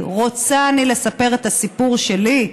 ולהגיד: רוצה אני לספר את הסיפור שלי,